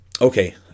Okay